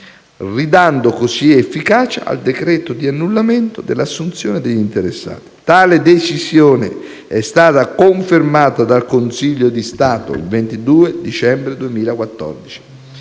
ridando così efficacia al decreto di annullamento dell'assunzione degli interessati. Tale decisione è stata confermata dal Consiglio di Stato il 22 dicembre 2014.